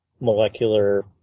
molecular